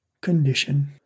condition